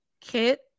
Kit